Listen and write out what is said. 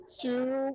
two